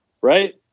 right